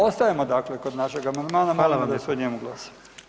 Ostajemo dakle kod našeg amandmana [[Upadica: Hvala vam lijepo.]] i molimo da se o njemu glasa.